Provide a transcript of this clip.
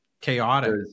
chaotic